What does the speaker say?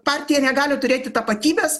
partija negali turėti tapatybės